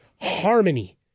harmony